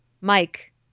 Mike